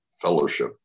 fellowship